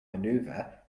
maneuver